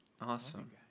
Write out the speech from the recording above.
Awesome